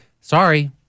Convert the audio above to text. sorry